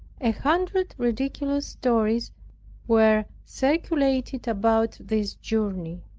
a hundred ridiculous stories were circulated about this journey